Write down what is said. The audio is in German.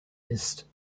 ist